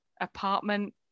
apartment